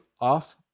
off